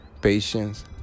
patience